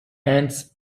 ants